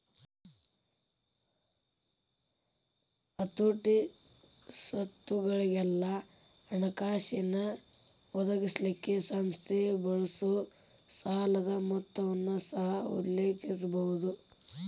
ಹತೋಟಿ, ಸ್ವತ್ತುಗೊಳಿಗೆಲ್ಲಾ ಹಣಕಾಸಿನ್ ಒದಗಿಸಲಿಕ್ಕೆ ಸಂಸ್ಥೆ ಬಳಸೊ ಸಾಲದ್ ಮೊತ್ತನ ಸಹ ಉಲ್ಲೇಖಿಸಬಹುದು